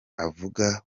avuga